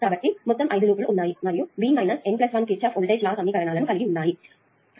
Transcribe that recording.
కాబట్టి 5 లూప్ లు ఉన్నాయి మరియు B N 1 Kirchhoff voltage law సమీకరణాలను కలిగి ఉన్నాము